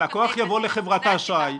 הלקוח יבוא לחברת האשראי,